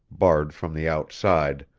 barred from the outside,